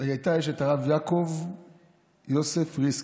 שהייתה אשת הרב יעקב יוסף ריסקין.